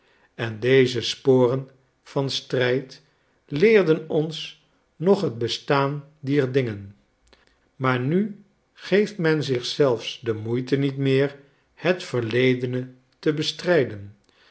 en deze sporen van strijd leerden ons nog het bestaan dier dingen maar nu geeft men zich zelfs de moeite niet meer het verledene te bestrijden